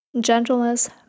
gentleness